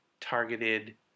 targeted